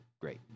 great